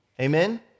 Amen